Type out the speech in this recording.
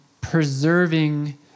preserving